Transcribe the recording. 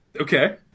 Okay